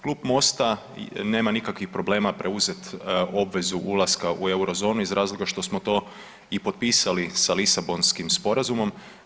Klub MOST-a nema nikakvih problema preuzet obvezu ulaska u Eurozonu iz razloga što smo to i potpisali sa Lisabonskim sporazumom.